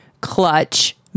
clutch